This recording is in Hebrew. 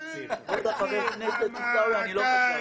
כבוד חבר הכנסת עיסאווי, אני לא חשב.